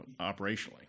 operationally